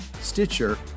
Stitcher